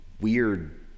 weird